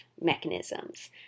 mechanisms